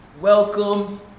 welcome